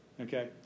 Okay